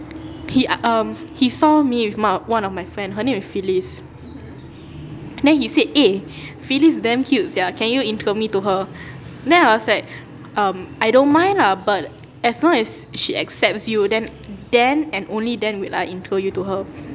he um he saw me with my one of my friend her name is phyllis then he said eh phyllis damn cute sia can you intro me to her then I was like um I don't mind lah but as long as she accepts you then then and only then will I intro you to her